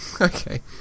Okay